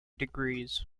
degrees